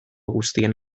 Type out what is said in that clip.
guztien